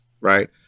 right